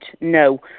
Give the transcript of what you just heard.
no